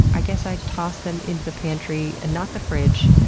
i guess i'd tossed them in the pantry and not the fridge,